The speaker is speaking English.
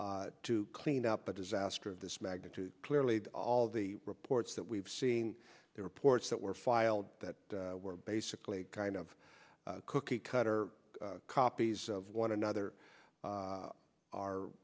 to clean up a disaster of this magnitude clearly all the reports that we've seen the reports that were filed that were basically kind of cookie cutter copies of one another